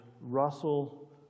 Russell